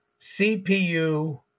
CPU